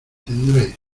tendréis